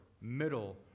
middle